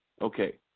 Okay